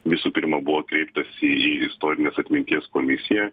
visų pirma buvo kreiptasi į istorinės atminties komisiją